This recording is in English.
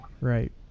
Right